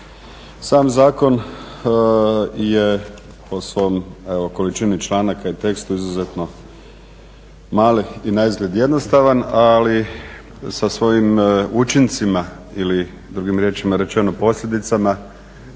Sam zakon je po svom evo količini članaka i tekstu izuzetno mali i naizgled jednostavan, ali sa svojim učincima ili drugim riječima rečeno posljedicama